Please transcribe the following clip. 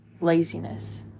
laziness